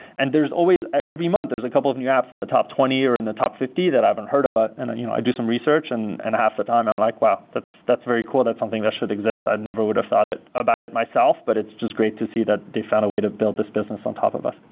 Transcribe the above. and there's always every month, there's a couple of new apps in the top twenty or in the top fifty that i haven't heard of, ah and you know i do some research and and half the time i'm like, well, that's that's very cool. that's something that should exist. i never would've thought about it myself, but it's just great to see that they found a way to build this business on top of us.